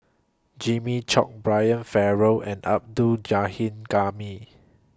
Jimmy Chok Brian Farrell and Abdul